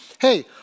hey